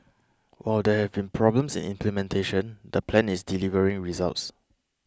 while there have been problems in implementation the plan is delivering results